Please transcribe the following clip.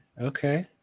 Okay